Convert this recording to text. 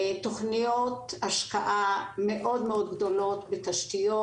תוכניות השקעה מאוד מאוד גדולות בתשתיות,